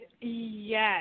Yes